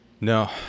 no